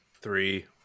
Three